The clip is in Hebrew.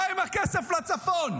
מה עם הכסף לצפון?